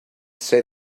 say